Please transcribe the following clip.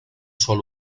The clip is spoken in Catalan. sol